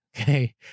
Okay